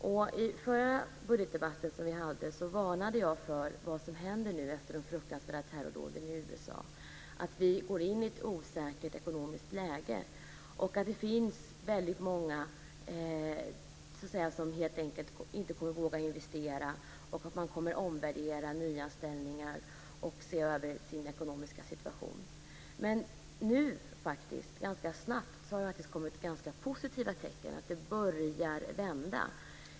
I vår förra budgetdebatt varnade jag för vad som nu händer efter de fruktansvärda terrordåden i USA: att vi går in i ett osäkert ekonomiskt läge, att många helt enkelt inte kommer att våga investera och att man kommer att omvärdera nyanställningar och se över sin ekonomiska situation. Men redan nu, vilket är ganska snabbt, kommer det positiva tecken på att det börjar vända.